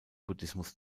buddhismus